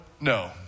no